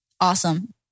awesome